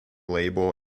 label